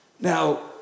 Now